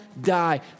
die